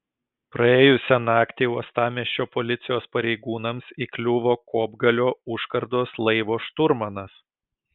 praėjusią naktį uostamiesčio policijos pareigūnams įkliuvo kopgalio užkardos laivo šturmanas